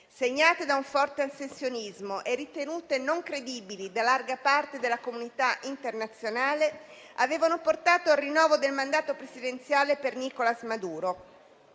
segnate da un forte astensionismo e ritenute non credibili da larga parte della comunità internazionale, avevano portato al rinnovo del mandato presidenziale per Nicolas Maduro.